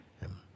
Him